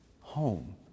home